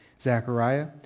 Zechariah